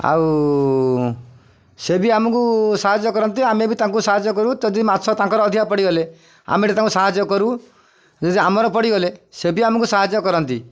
ଆଉ ସେ ବି ଆମକୁ ସାହାଯ୍ୟ କରନ୍ତି ଆମେ ବି ତାଙ୍କୁ ସାହାଯ୍ୟ କରୁ ଯଦି ମାଛ ତାଙ୍କର ଅଧିକା ପଡ଼ିଗଲେ ଆମେ ଏଟେ ତାଙ୍କୁ ସାହାଯ୍ୟ କରୁ ଯଦି ଆମର ପଡ଼ିଗଲେ ସେ ବି ଆମକୁ ସାହାଯ୍ୟ କରନ୍ତି